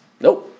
Nope